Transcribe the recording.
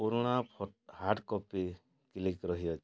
ପୁରୁଣା hard copy click ରହିଅଛି